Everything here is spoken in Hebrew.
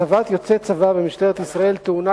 הצבת יוצא צבא במשטרת ישראל טעונה,